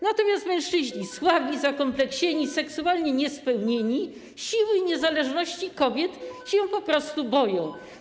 Natomiast mężczyźni słabi, zakompleksieni, seksualnie niespełnieni siły i niezależności kobiet się po prostu boją.